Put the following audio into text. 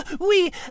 Oui